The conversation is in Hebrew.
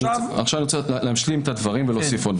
בנוסף,